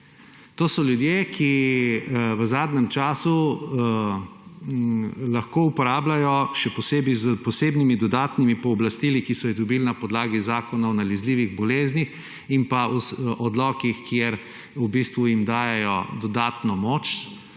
To so ljudje, ki v zadnjem času lahko uporabljajo, še posebej s posebnimi, dodatnimi pooblastili, ki so jih dobili na podlagi Zakona o nalezljivih boleznih in odlokih, ki jim dajejo dodatno moč,